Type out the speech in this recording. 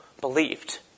believed